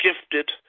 gifted